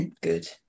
Good